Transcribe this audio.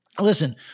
listen